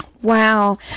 Wow